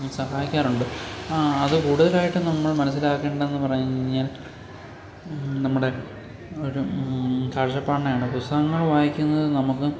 സഹായിക്കാറുണ്ട് അത് കൂടുതലായിട്ടും നമ്മൾ മനസ്സിലാക്കേണ്ടതെന്ന് പറഞ്ഞുകഴിഞ്ഞാൽ നമ്മുടെ ഒരു കാഴ്ച്ചപ്പാടിനെയാണ് പുസ്തകങ്ങൾ വായിക്കുന്നത് നമ്മള്ക്ക്